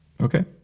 Okay